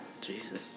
Jesus